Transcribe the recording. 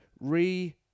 re